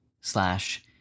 slash